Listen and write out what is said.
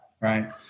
Right